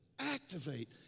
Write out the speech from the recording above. Activate